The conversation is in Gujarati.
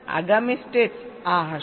આગામી સ્ટેટ્સ આ હશે